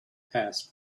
passed